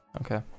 okay